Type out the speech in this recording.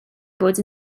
bod